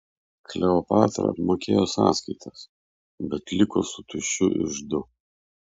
kleopatra apmokėjo sąskaitas bet liko su tuščiu iždu